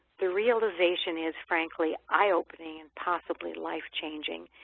the realization is frankly eye opening and possibly life changing.